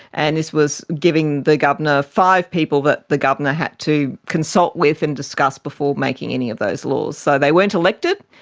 and this was giving the governor five people that the governor had to consult with and discuss before making any of those laws. so they weren't elected,